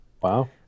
Wow